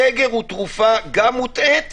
הסגר הוא תרופה גם מוטעית